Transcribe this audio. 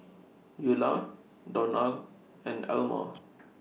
Eula Donal and Elmore